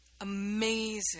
Amazing